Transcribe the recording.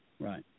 Right